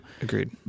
agreed